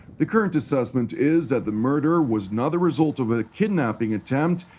the current assessment is that the murder was not the result of a kidnapping attempt,